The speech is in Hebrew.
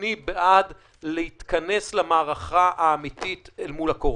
אני בעד להתכנס למערכה האמיתית אל מול הקורונה.